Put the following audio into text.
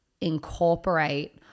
incorporate